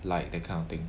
like that kind of thing